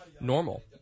normal